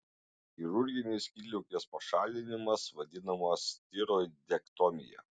chirurginis skydliaukės pašalinimas vadinamas tiroidektomija